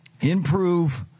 Improve